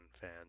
fan